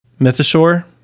Mythosaur